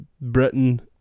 Britain